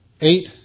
eight